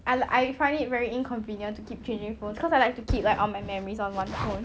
I find it very inconvenient to keep changing phones because I like to keep like all my memories on one phone